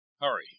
Hurry